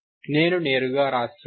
నేను నేరుగా వ్రాస్తున్నాను